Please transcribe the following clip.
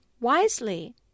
wisely